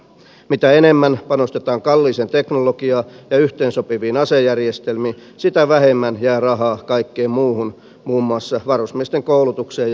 mitä enemmän panostetaan kalliiseen teknologiaan ja yhteensopiviin asejärjestelmiin sitä vähemmän jää rahaa kaikkeen muuhun muun muassa varusmiesten koulutukseen ja kertausharjoituksiin